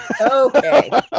Okay